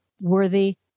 worthy